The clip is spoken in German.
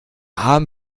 haben